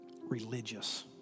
religious